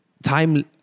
time